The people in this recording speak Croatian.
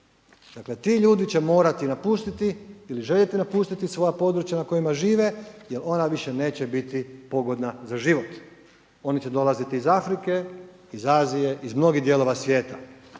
Dakle, ti ljudi će morati napustiti ili željeti napustiti svoja područja na kojima žive jel ona više neće biti pogodna za život. Oni će dolaziti iz Afrike, iz Azije, iz mnogih dijelova svijeta.